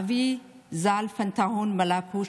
ואבי ז"ל פנטהון מלקו,